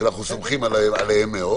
שאנחנו סומכים עליו מאוד